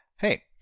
Hey